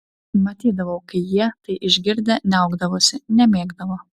matydavau kai jie tai išgirdę niaukdavosi nemėgdavo